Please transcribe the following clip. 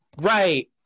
right